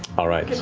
all right,